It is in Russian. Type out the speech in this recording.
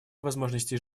возможностей